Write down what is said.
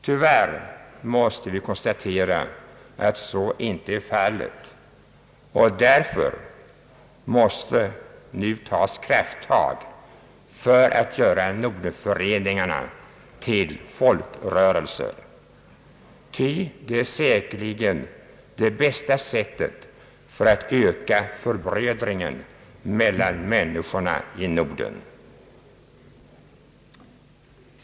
Tyvärr måste vi konstatera att så inte är fallet, och därför måste nu krafttag tas för att göra Norden-föreningarna till folkrörelser. Det är säkerligen det bästa sättet för att öka förbrödringen mellan människorna i Norden.